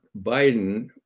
Biden